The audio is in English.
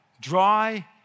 Dry